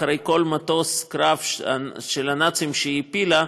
אחרי כל מטוס קרב של הנאצים שהיא הפילה,